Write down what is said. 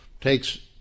takes